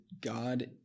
God